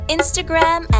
Instagram